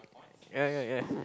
ya ya ya